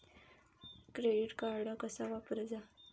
Credit card कसा वापरूचा?